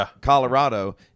Colorado